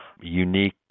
unique